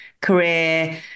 career